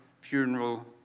funeral